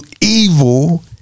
evil